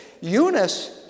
Eunice